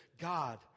God